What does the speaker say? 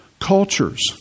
cultures